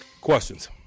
questions